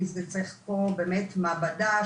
כי זה צריך פה באמת מעבדה,